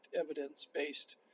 evidence-based